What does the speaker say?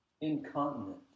Incontinent